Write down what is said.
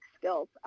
skills